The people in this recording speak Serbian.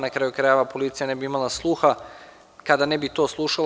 Na kraju krajeva, policija ne bi imala sluha kada ne bi to slušala.